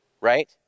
Right